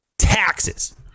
Taxes